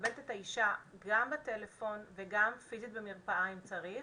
מקבלת בטלפון וגם פיזית במרפאה אם צריך